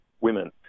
women